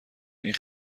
این